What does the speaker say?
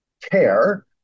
care